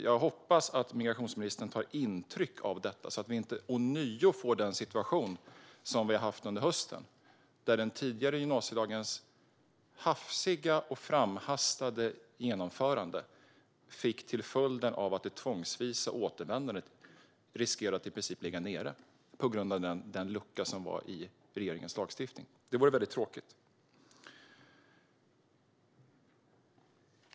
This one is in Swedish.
Jag hoppas att migrationsministern tar intryck av det här så att vi inte ånyo får den situation som vi hade under hösten, då den tidigare gymnasielagens hafsiga och framhastade genomförande fick följden att det tvångsvisa återvändandet riskerade att i princip ligga nere på grund av den lucka som fanns i regeringens lagstiftning. Det vore väldigt tråkigt.